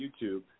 YouTube